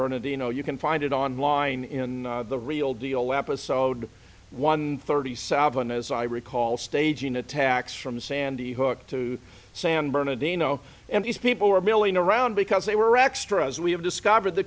bernardino you can find it online in the real deal episode one thirty seven as i recall staging attacks from sandy hook to san bernardino and these people were milling around because they were extras we have discovered the